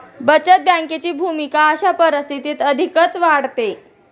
बचत बँकेची भूमिका अशा परिस्थितीत अधिकच वाढते